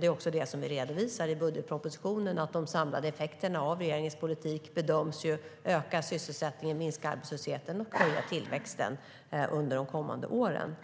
Det är också vad vi redovisar i budgetpropositionen, det vill säga att de samlade effekterna av regeringens politik bedöms öka sysselsättningen, minska arbetslösheten och höja tillväxten under de kommande åren.